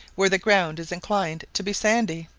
where the ground is inclined to be sandy.